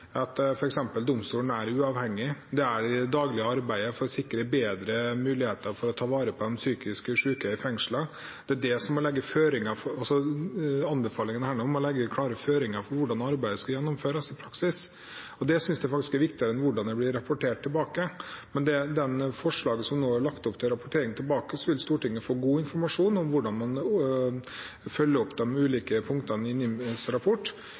daglige arbeidet for å sikre bedre muligheter til å ta vare på de psykisk syke i fengslene. Anbefalingene må legge klare føringer for hvordan arbeidet skal gjennomføres i praksis, og det synes jeg faktisk er viktigere enn hvordan det blir rapportert tilbake. Med forslaget som foreligger om rapportering tilbake, vil Stortinget få god informasjon om hvordan man følger opp de ulike punktene i NIMs rapport.